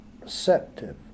receptive